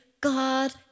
God